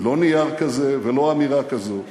לא נייר כזה ולא אמירה כזו.